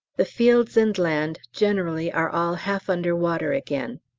the fields and land generally are all half under water again.